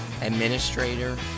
administrator